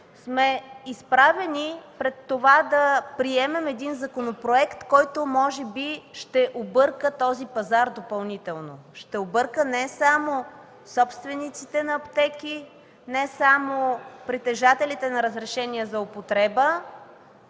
сме изправени пред това да приемем един законопроект, който може би ще обърка този пазар допълнително. Ще обърка не само собствениците на аптеки, не само притежателите на разрешение за употреба,